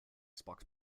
xbox